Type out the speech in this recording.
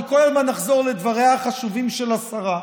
אני כל הזמן אחזור לדבריה החשובים של השרה: